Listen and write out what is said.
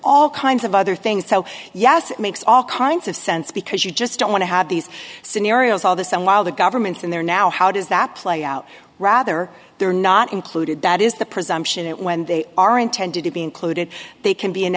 all kinds of other things so yes it makes all kinds of sense because you just don't want to have these scenarios all the same while the government in there now how does that play out rather they're not included that is the presumption it and they are intended to be included they can be